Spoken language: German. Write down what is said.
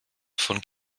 von